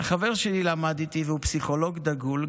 החבר שלי למד איתי והוא פסיכולוג דגול,